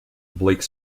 blake